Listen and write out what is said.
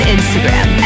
Instagram